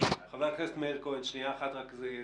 יש